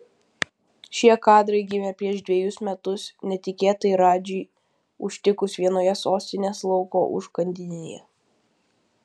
šie kadrai gimė prieš dvejus metus netikėtai radži užtikus vienoje sostinės lauko užkandinėje